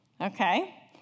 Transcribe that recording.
Okay